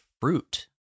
fruit